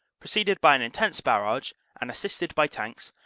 preceded by an intense barrage and assisted by tanks,